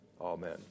Amen